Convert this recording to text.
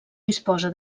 disposa